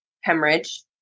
hemorrhage